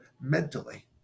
mentally